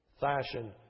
fashion